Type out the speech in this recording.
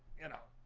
you know,